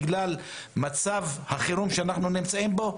בגלל מצב החירום שאנחנו נמצאים בו,